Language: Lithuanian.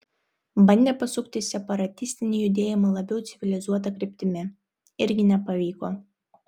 bandė pasukti separatistinį judėjimą labiau civilizuota kryptimi irgi nepavyko